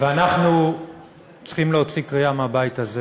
ואנחנו צריכים להוציא קריאה מהבית הזה: